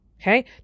Okay